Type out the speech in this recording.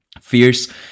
fierce